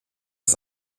des